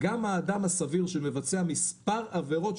גם האדם הסביר שמבצע מספר עבירות,